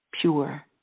pure